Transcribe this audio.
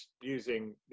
using